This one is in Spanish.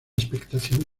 expectación